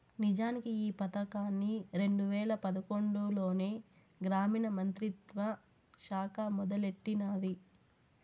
నిజానికి ఈ పదకాన్ని రెండు వేల పదకొండులోనే గ్రామీణ మంత్రిత్వ శాఖ మొదలెట్టినాది